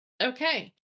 Okay